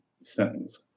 sentence